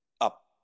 up